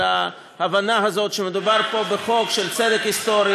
על ההבנה הזאת שמדובר פה בחוק של צדק היסטורי.